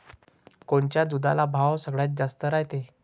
कोनच्या दुधाले भाव सगळ्यात जास्त रायते?